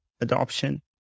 adoption